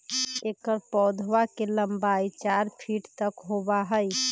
एकर पौधवा के लंबाई चार फीट तक होबा हई